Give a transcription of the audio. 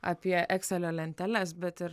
apie ekselio lenteles bet ir